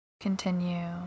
Continue